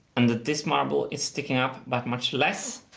and that this marble is sticking up, but much less?